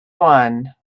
one